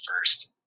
first